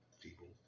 people